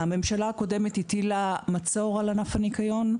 הממשלה הקודמת הטילה מצור על ענף הניקיון,